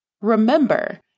Remember